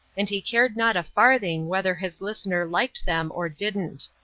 and he cared not a farthing whether his listener liked them or didn't.